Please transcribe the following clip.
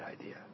idea